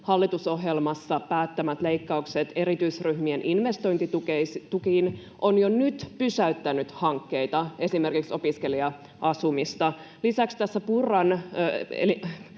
hallitusohjelmassa päättämät leikkaukset erityisryhmien investointitukiin ovat jo nyt pysäyttäneet hankkeita, esimerkiksi opiskelija-asumista. Lisäksi tässä